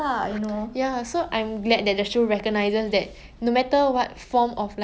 you make your own decisions that is the most important thing you are given the choice that you are given the freedom to choose